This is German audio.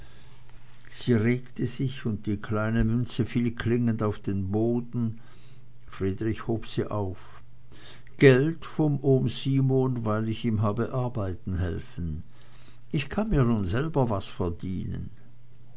sie regte sich und die kleine münze fiel klingend auf den boden friedrich hob sie auf geld vom ohm simon weil ich ihm habe arbeiten helfen ich kann mir nun selber was verdienen